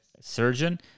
surgeon